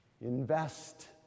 Invest